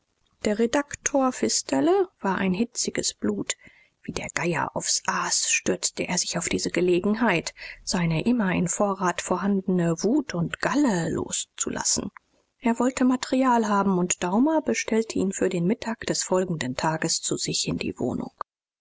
der redaktor pfisterle war ein hitziges blut wie der geier aufs aas stürzte er sich auf diese gelegenheit seine immer in vorrat vorhandene wut und galle loszulassen er wollte material haben und daumer bestellte ihn für den mittag des folgenden tages zu sich in die wohnung